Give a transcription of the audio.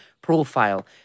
profile